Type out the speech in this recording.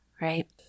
right